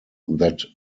that